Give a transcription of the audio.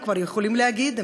הם כבר יכולים להגיד,